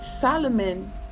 solomon